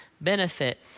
benefit